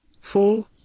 Full